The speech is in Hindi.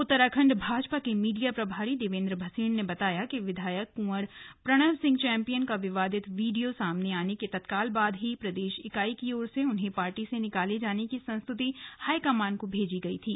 उत्तराखंड भाजपा के मीडिया प्रभारी डॉ देवेंद्र भसीन ने बताया कि विधायक कुंवर प्रणव का विवादित वीडियो सामने आने के तत्काल बाद ही प्रदेश इकाई की ओर से उन्हें पार्टी से निकाले जाने की संस्तृति हाईकमान से की गई थी